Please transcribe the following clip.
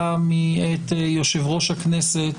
מאת יושב-ראש הכנסת,